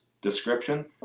description